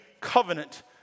covenant